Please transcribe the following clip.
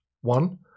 one